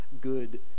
good